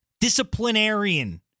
disciplinarian